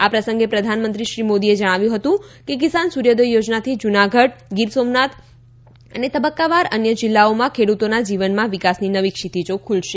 આ પ્રસંગે બોલતાં પ્રધાનમંત્રી શ્રી મોદીએ જણાવ્યું હતું કે કિસાન સુર્યોદય યોજનાથી જુનાગઢ ગીર સોમનાથ અને તબકકાવાર અન્ય જીલ્લાઓમાં ખેડુતોના જીવનમાં વિકાસની નવી ક્ષિતિજો ખુલશે